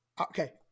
Okay